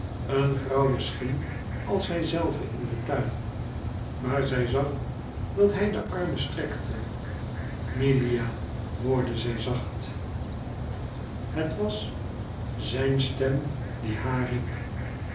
een grauwe schim als zijzelve in den tuin maar zij zag dat hij de armen strekte milia hoorde zij zacht het was zijn stem die haar riep